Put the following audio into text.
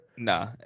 Nah